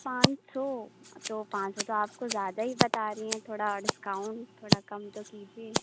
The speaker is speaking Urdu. پانچ سو تو پانچ سو تو آپ کچھ زیادہ ہی بتا رہی ہیں تھوڑا اور ڈسکاؤنٹ تھوڑا کم تو کیجیے